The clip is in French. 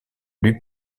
lui